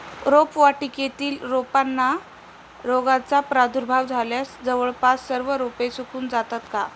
रोपवाटिकेतील रोपांना रोगाचा प्रादुर्भाव झाल्यास जवळपास सर्व रोपे सुकून जातात का?